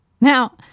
Now